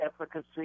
efficacy